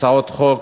הצעות חוק,